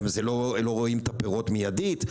גם לא רואים את הפירות מיידית.